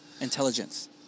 intelligence